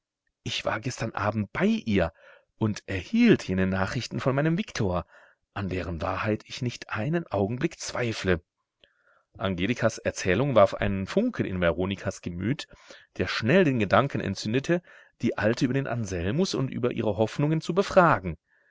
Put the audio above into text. ich war gestern abend bei ihr und erhielt jene nachrichten von meinem viktor an deren wahrheit ich nicht einen augenblick zweifle angelikas erzählung warf einen funken in veronikas gemüt der schnell den gedanken entzündete die alte über den anselmus und über ihre hoffnungen zu befragen